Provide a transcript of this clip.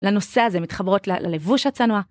לנושא הזה, מתחברות ללבוש הצנוע.